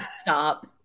Stop